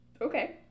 Okay